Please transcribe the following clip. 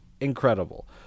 Incredible